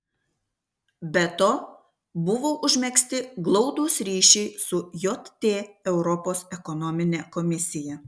be to buvo užmegzti glaudūs ryšiai su jt europos ekonomine komisija